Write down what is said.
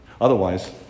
Otherwise